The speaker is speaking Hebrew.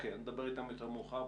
נדבר איתם יותר מאוחר.